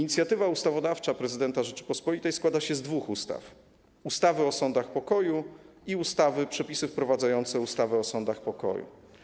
Inicjatywa ustawodawcza prezydenta Rzeczypospolitej składa się z dwóch ustaw: ustawy o sądach pokoju i ustawy - Przepisy wprowadzające ustawę o sądach pokoju.